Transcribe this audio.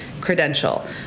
credential